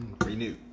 Renew